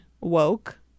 woke